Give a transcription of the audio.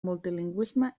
multilingüisme